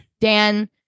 Dan